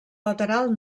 lateral